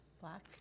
black